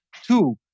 two